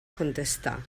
contestar